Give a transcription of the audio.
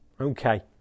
Okay